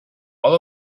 all